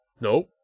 Nope